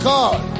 God